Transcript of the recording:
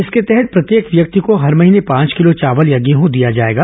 इसके तहत प्रत्येक व्यक्ति को हर महीने पांच किलो चावल या गेहूं दिया जाएगा